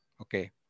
Okay